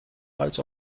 als